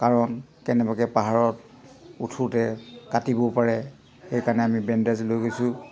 কাৰণ কেনেবাকৈ পাহাৰত উঠোঁতে কাটিবও পাৰে সেইকাৰণে আমি বেণ্ডেজ লৈ গৈছোঁ